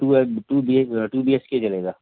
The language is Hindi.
to two B H two B H के चलेगा